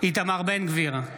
איתמר בן גביר,